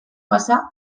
pasa